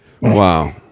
Wow